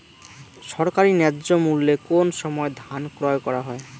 সরকারি ন্যায্য মূল্যে কোন সময় ধান ক্রয় করা হয়?